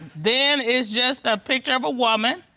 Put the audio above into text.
then it's just a picture of a woman.